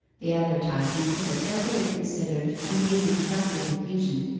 the advertisement was a carefully considered and even attractive effusion,